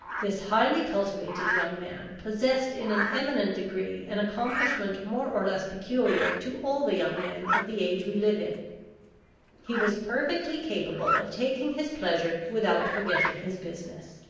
this highly cultivated young man possessed in an eminent degree an accomplishment more or less peculiar to all the young men of the age we live in he was perfectly capable of taking his pleasure without forgetting his business.